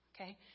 okay